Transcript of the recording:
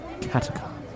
catacomb